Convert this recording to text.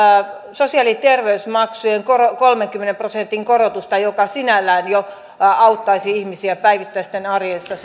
sosiaali ja terveysmaksujen kolmenkymmenen prosentin korotusta mikä sinällään jo auttaisi ihmisiä päivittäisten arjessa